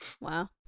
Wow